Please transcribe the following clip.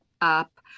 up